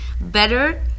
better